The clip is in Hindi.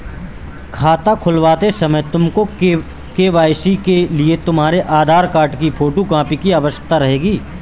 खाता खुलवाते समय तुमको के.वाई.सी के लिए तुम्हारे आधार कार्ड की फोटो कॉपी की आवश्यकता रहेगी